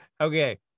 okay